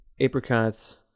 apricots